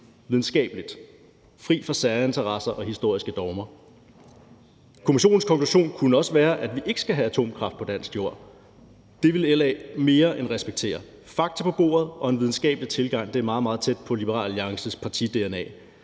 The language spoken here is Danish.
videnskabeligt, fri fra særinteresser og historiske dogmer. Kommissionens konklusion kunne også være, at vi ikke skal have atomkraft på dansk jord. Det ville LA mere end respektere. Fakta på bordet og en videnskabelig tilgang er meget, meget tæt på Liberal Alliances parti-dna.